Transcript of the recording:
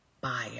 buyer